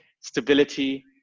stability